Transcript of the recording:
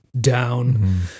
down